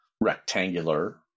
rectangular